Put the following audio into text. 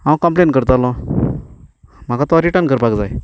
हांव कंप्लेन करतलो म्हाका तो रिटर्न करपाक जाय